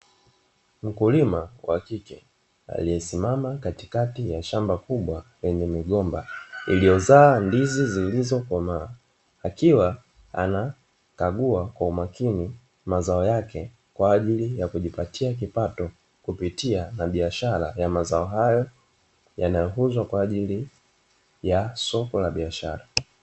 Mkulima wa kike aliyesimama katikati ya shamba kubwa, lenye migomba iliyozaa ndizi zilizokomaa, akiwa anakagua kwa umakini mazao yake, kwa ajili ya kujipatia kipato, kupitia na biashara ya mazao hayo yanayokuzwa kwa ajili ya soko la biashara.